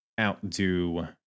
outdo